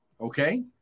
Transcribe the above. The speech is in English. okay